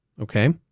okay